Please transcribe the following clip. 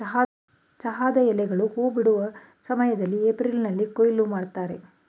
ಚಹಾದ ಎಲೆಗಳು ಹೂ ಬಿಡೋ ಸಮಯ್ದಲ್ಲಿ ಏಪ್ರಿಲ್ನಲ್ಲಿ ಕೊಯ್ಲು ಮಾಡ್ತರೆ